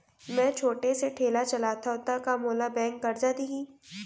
मैं छोटे से ठेला चलाथव त का मोला बैंक करजा दिही?